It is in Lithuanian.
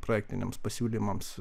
projektiniams pasiūlymams